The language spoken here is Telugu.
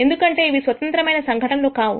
ఎందుకంటే ఇవి స్వతంత్రమైన సంఘటనలు కావు